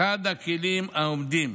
אחד הכלים העומדים